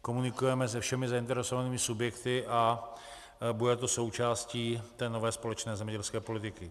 Komunikujeme se všemi zainteresovanými subjekty a bude to součástí nové společné zemědělské politiky.